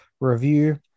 review